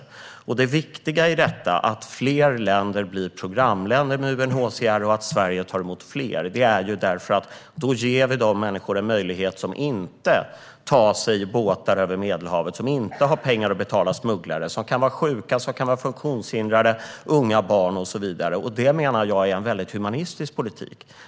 Det är därför viktigt att fler länder blir programländer med UNHCR och att Sverige tar emot fler. Då ger vi en möjlighet till de människor som inte tar sig i båtar över Medelhavet, som inte har pengar att betala till smugglare, och det kan vara sjuka, funktionshindrade, unga, barn och så vidare. Jag menar att det är en mycket humanistisk politik.